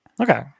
Okay